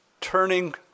turning